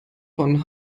von